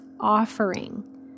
offering